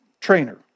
trainer